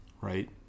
right